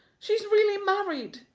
she is really married!